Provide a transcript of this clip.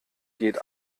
geht